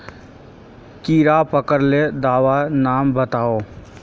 कीड़ा पकरिले दाबा नाम बाताउ?